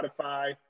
Spotify